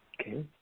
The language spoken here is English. okay